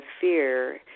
fear